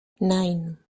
nine